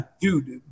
Dude